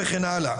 איך את מדברת באמת,